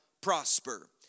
prosper